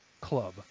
club